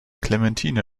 clementine